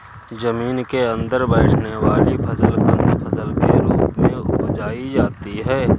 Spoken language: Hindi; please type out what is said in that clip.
जमीन के अंदर बैठने वाली फसल कंद फसल के रूप में उपजायी जाती है